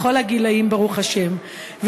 בכל הגילים ברוך השם,